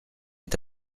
est